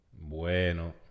Bueno